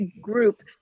group